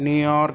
new York